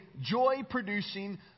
joy-producing